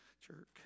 jerk